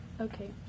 Okay